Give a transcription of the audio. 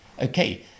okay